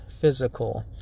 physical